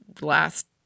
last